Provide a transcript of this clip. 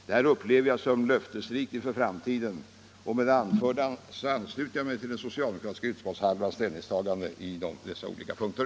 Detta upplever jag som löftesrikt inför framtiden. Med det anförda ansluter jag mig till den socialdemokratiska utskottshalvans ställningstagande i dessa frågor.